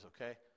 okay